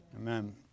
Amen